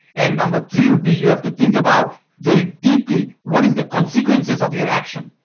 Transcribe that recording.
and number three would be you have to think about very deeply what is the consequences of your action?